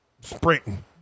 sprinting